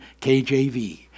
KJV